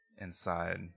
inside